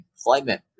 employment